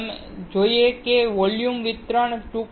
તમે જોઈ શકો છો કે વોલ્યુમ વિસ્તરણ 2